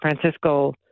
Francisco